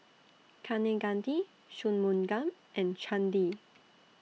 Kaneganti Shunmugam and Chandi